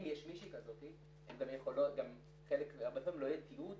אם יש מישהי כזאת, לא יהיה תיעוד